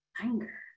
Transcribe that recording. anger